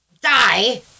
die